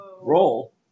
Roll